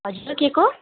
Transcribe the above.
हजुर सुकेको